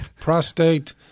prostate